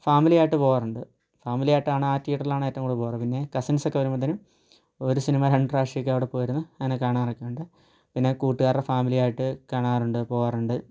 ഫാമിലിയായിട്ട് പോകാറുണ്ട് ഫാമിലിയായിട്ടാണ് ആ തീയേറ്ററിലാണ് ഏറ്റവും കൂടുതൽ പോകാറ് പിന്നെ കസിൻസ് ഒക്കെ വരുമ്പോഴ്ത്തെനും ഒരു സിനിമ രണ്ടു പ്രാവശ്യമൊക്കെ അവിടെ പോയിരുന്നു ഞാൻ കാണാറൊക്കെയുണ്ട് പിന്നെ കൂട്ടുകാരുടെ ഫാമിലി ആയിട്ട് കാണാറുണ്ട് പോകാറുണ്ട്